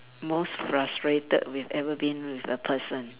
most frustrated we've ever been with a person